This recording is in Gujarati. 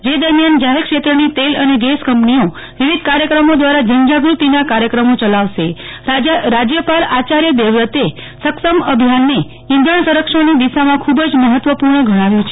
જે દરમિયાન જાહેર ક્ષેત્રની તેલ અને ગેસ કંપનીઓ વિવિધ કાર્યક્રમો દ્વારા જનજાગૃતિના કાર્યક્રમો ચલાવશે રાજ્યપાલ આચાર્ય દેવવ્રતે સક્ષમ અભિયાનને છેંઘણ સંરક્ષણની દિશા માં ખુબ મહત્વપૂર્ણ ગણાવ્યું છે